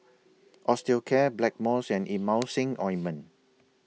Osteocare Blackmores and Emulsying Ointment